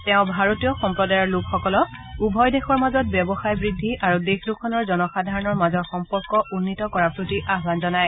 তেওঁ ভাৰতীয় সম্প্ৰদায়ৰ লোকসকলক উভয় দেশৰ মাজত ব্যৱসায় ব্যদ্ধি আৰু দেশ দুখনৰ জনসাধাৰণৰ মাজৰ সম্পৰ্ক উন্নীত কৰাৰ প্ৰতি আহ্বান জনায়